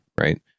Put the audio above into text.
right